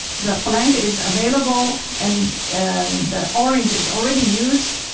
the blank is available, and and the orange is already used.